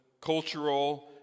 cultural